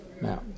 Now